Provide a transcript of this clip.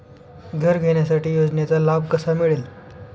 घर घेण्यासाठी योजनेचा लाभ कसा मिळेल?